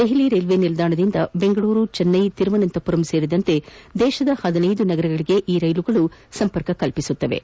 ದೆಹಲಿ ರೈಲು ನಿಲ್ದಾಣದಿಂದ ಬೆಂಗಳೂರು ಚೆನ್ನೈ ತಿರುವನಂತಪುರಂ ಸೇರಿದಂತೆ ದೇಶದ ಹದಿನೈದು ನಗರಗಳಿಗೆ ಈ ರೈಲುಗಳು ಸಂಪರ್ಕ ಕಲ್ವಿಸಲಿವೆ